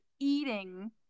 eating